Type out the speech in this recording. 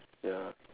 ya